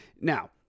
Now